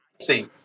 See